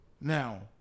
Now